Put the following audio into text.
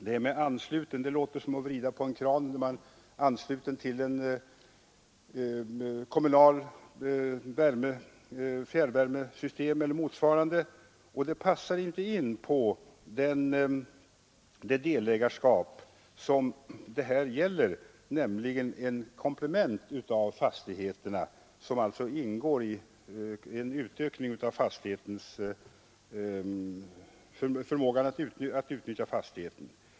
Uttrycket ”ansluten” låter som om man vore ansluten till ett kommunalt fjärrvärmesystem eller något liknande, där det bara gäller att vrida på en kran. Det uttrycket passar inte alls in på det delägarskap som det här är fråga om och som skall utgöra ett komplement till fastigheterna.